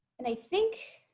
and i think